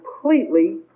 completely